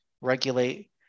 regulate